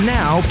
now